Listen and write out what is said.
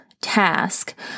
task